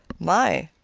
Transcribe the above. my!